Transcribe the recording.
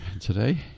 today